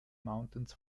mountains